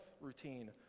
routine